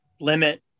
limit